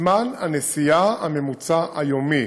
לזמן הנסיעה הממוצע היומי,